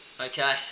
Okay